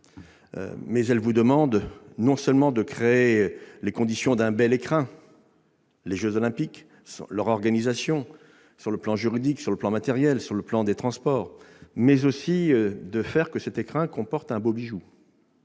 elle vous demande non seulement de créer les conditions d'un bel écrin- les jeux Olympiques, leur organisation sur le plan juridique, sur le plan matériel et sur le plan des transports -, mais aussi de faire en sorte que cet écrin renferme un beau bijou,